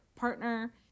Partner